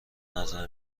نظر